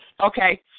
Okay